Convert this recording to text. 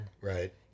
Right